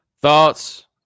Thoughts